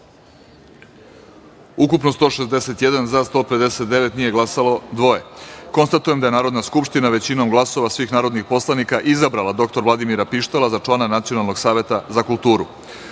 ukupno – 161, za – 159, nije glasalo - dvoje. Konstatujem da je Narodna skupština većinom glasova svih narodnih poslanika izabrala dr Vladimira Pištala za člana Nacionalnog saveta za kulturu. Stavljam